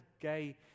gay